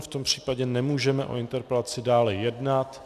V tom případě nemůžeme o interpelaci dále jednat.